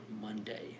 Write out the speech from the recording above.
Monday